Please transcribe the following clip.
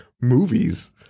movies